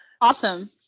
Awesome